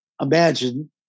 imagine